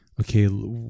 okay